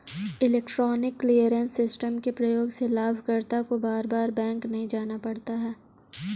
electronic clearance system के प्रयोग से लाभकर्ता को बार बार बैंक नहीं जाना पड़ता है